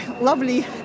lovely